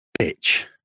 bitch